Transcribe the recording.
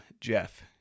Jeff